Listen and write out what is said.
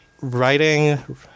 writing